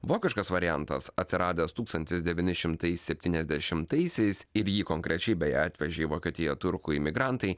vokiškas variantas atsiradęs tūkstantis devyni šimtai septyniasdešimtaisiais ir jį konkrečiai beje atvežė į vokietiją turkų imigrantai